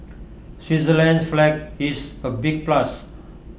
Switzerland's flag is A big plus